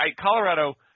Colorado